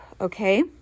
okay